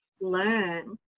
learn